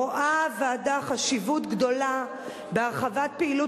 רואה הוועדה חשיבות גדולה בהרחבת פעילות